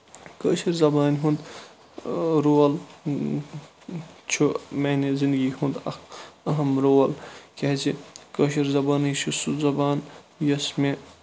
کٲشِر زَبٲنۍ ہُنٛد رول چھُ میٛانہِ زِنٛدگی ہُنٛد اکھ اَہم رول کیٛازِ کٲشِر زَبانٕے چھِ سُہ زَبان یۄس مےٚ